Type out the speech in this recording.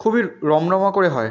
খুবই রমরমা করে হয়